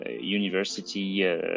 university